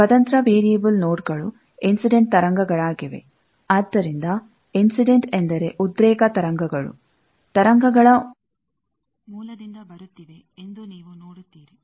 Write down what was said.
ಸ್ವತಂತ್ರ variable node ಗಳು incident ತರಂಗಗಳಾಗಿವೆ ಆದ್ದರಿಂದ ಇನ್ಸಿಡೆಂಟ್ ಎಂದರೆ ಉದ್ರೇಕ ತರಂಗಗಳು ತರಂಗಗಳ ಮೂಲದಿಂದ ಬರುತ್ತಿವೆ ಎಂದು ನೀವು ನೋಡುತ್ತೀರಿ